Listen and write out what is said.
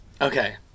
okay